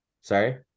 sorry